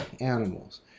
animals